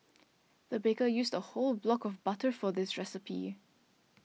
the baker used a whole block of butter for this recipe